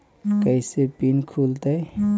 कैसे फिन खुल तय?